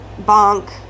bonk